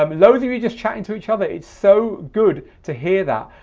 um loads of you just chatting to each other. it's so good to hear that.